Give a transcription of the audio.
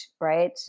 right